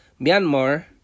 Myanmar